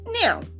Now